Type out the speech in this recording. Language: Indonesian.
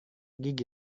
gigi